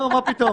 מה פתאום?